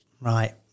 Right